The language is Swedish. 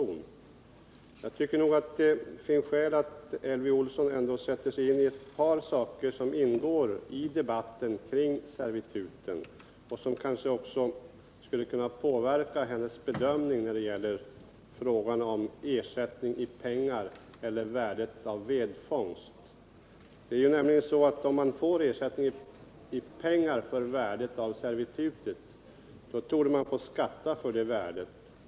Men jag tycker att det finns anledning för Elvy Olsson att sätta sig in i ett par frågor som ingår i debatten om servituten och som kanske också skulle kunna påverka hennes bedömning när det gäller frågan om ersättning i pengar för värdet av vedfång. Får man nämligen ersättning i pengar för värdet av servitutet, torde man få skatta för det värdet.